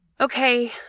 Okay